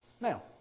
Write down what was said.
Now